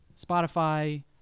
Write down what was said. Spotify